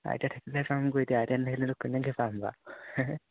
I T I থাকিলেহে কাম কৰি এতিয়া আই টি আই নাথাকিলেতো কেনেকৈ কাম পাবা